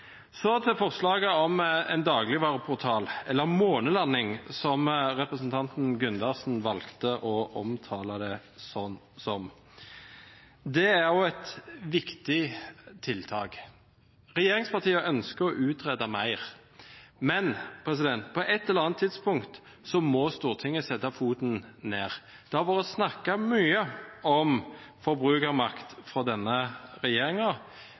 Så til forslaget om en dagligvareportal, eller «månelanding», som representanten Gundersen valgte å omtale det som. Det er også et viktig tiltak. Regjeringspartiene ønsker å utrede mer, men på et eller annet tidspunkt må Stortinget sette foten ned. Det har vært snakket mye om forbrukermakt fra denne